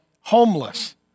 homeless